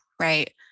right